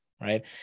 right